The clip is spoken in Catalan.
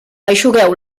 eixugueu